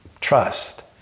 trust